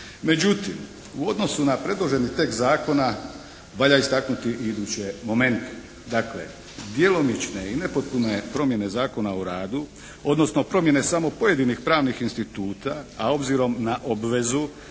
Međutim u odnosu na predloženi tekst zakona valja istaknuti i iduće momente. Dakle djelomične i nepotpune promjene Zakona o radu odnosno promjene samo pojedinih pravnih instituta a obzirom na obvezu